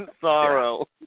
sorrow